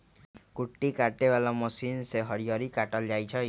कुट्टी काटे बला मशीन से हरियरी काटल जाइ छै